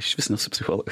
išvis nesu psichologas